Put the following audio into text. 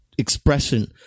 Expression